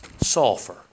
Sulfur